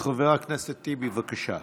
חבר הכנסת טיבי, בבקשה.